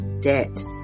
debt